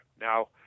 Now